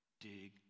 dig